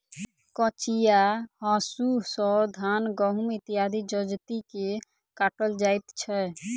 कचिया हाँसू सॅ धान, गहुम इत्यादि जजति के काटल जाइत छै